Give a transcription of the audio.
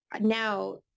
now